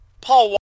Paul